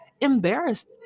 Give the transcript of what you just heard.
embarrassed